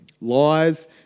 Lies